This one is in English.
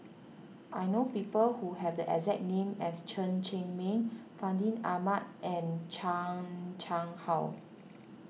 I know people who have the exact name as Chen Cheng Mei Fandi Ahmad and Chan Chang How